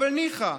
אבל ניחא.